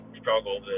struggle